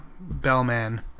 bellman